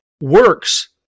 works